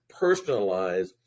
personalize